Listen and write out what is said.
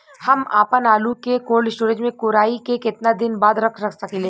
हम आपनआलू के कोल्ड स्टोरेज में कोराई के केतना दिन बाद रख साकिले?